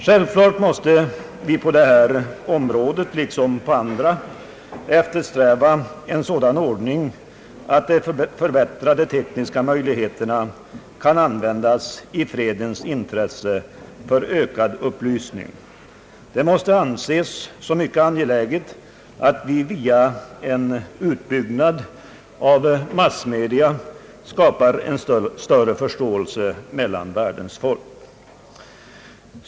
Självfallet måste vi på det här området liksom på andra eftersträva en sådan ordning att de förbättrade tekniska möjligheterna kan användas i fredens intresse för ökad upplysning. Det måste anses som mycket angeläget att vi via en utbyggnad av massmedia skapar större förståelse mellan världens folk.